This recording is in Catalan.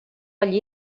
allí